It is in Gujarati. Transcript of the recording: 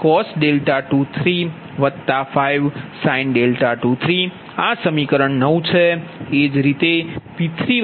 5 cos 23 5 sin 23 આ સમીકરણ 9 છે